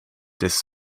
des